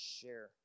share